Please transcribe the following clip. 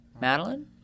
Madeline